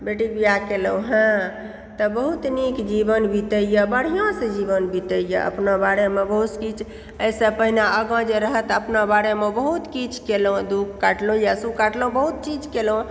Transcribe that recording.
बेटीक बिआह केलहुँ हँ तऽ बहुत नीक जीवन बीतयए बढ़ियासँ जीवन बीतयए अपना बारेमे बहुत किछु एहिसँ पहिने आगाँ जे रहथि अपना बारेमे बहुत किछु केलहुँ दुःख काटलहुँ या सुख काटलहुँ बहुत चीज केलहुँ